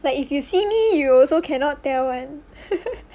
but if you see me you also cannot tell [one]